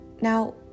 Now